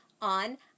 on